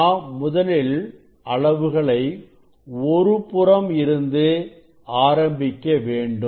நாம் முதலில் அளவுகளை ஒருபுறம் இருந்து ஆரம்பிக்க வேண்டும்